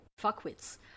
fuckwits